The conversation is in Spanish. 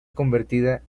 convertida